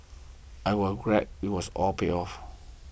I was glad it was all paid off